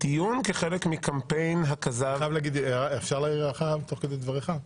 דיון כחלק מקמפיין הכזב --- אפשר להעיר הערה תוך כדי דבריך?